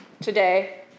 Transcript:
today